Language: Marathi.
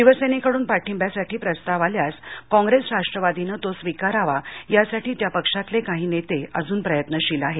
शिवसेनेकडून पठिंब्यासाठी प्रस्ताव आल्यास कॉप्रेस राष्ट्रवादीनं तो स्वीकारावा यासाठी त्या पक्षांतले काही नेते अजून प्रयत्नशील आहेत